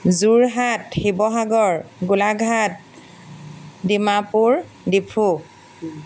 Jorhat Sivasagar Golaghat Dimapur Diphu